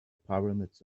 pyramids